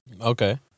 Okay